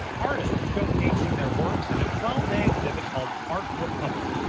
artists showcasing their works in a twelve-day exhibit called art republic.